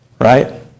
Right